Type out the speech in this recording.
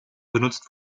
benutzt